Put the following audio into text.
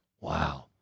Wow